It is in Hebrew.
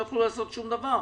לא יוכלו לעשות שום דבר.